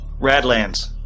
Radlands